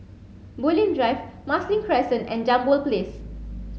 Bulim Drive Marsiling Crescent and Jambol Place